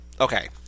Okay